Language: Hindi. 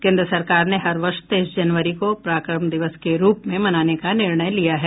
केन्द्र सरकार ने हर वर्ष तेईस जनवरी को पराक्रम दिवस के रूप में मनाने का निर्णय लिया है